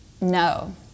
No